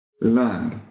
land